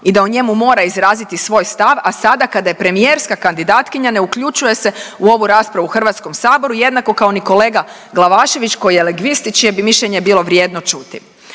i da o njemu mora izraziti svoj stav, a sada kada je premijerska kandidatkinja ne uključuje se u ovu raspravu u Hrvatskom saboru jednako kao ni kolega Glavašević koji je lingvist i čije bi mišljenje bilo vrijedno čuti.